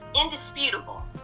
indisputable